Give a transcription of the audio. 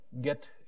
get